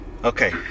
Okay